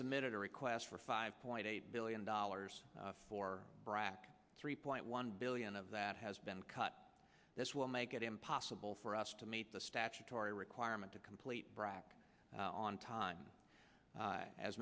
submitted a request for five point eight billion dollars for brac three point one billion of that has been cut this will make it impossible for us to meet the statutory requirement to complete brac on time a